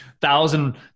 thousand